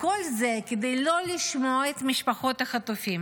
וכל זה כדי לא לשמוע את משפחות החטופים.